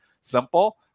simple